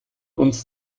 uns